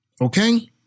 Okay